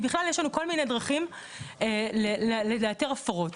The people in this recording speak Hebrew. כי בכלל, יש לנו כל מיני דרכים לאתר הפרות.